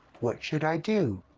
what should i do?